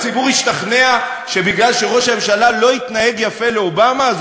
הציבור ישתכנע שמכיוון שראש הממשלה לא התנהג יפה לאובמה אז